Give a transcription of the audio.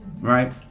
right